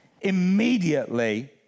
immediately